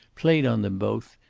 played on them both,